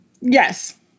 Yes